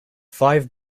five